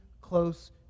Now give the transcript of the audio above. close